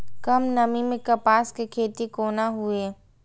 कम नमी मैं कपास के खेती कोना हुऐ?